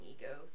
ego